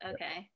Okay